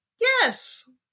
Yes